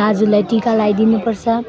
दाजुलाई टिका लगाइदिनुपर्छ